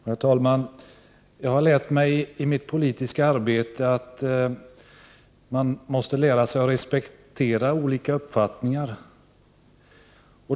Herr talman! Jag har lärt mig i mitt politiska arbete att man måste respektera olika uppfattningar.